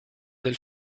del